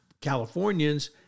Californians